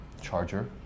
Charger